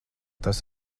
tas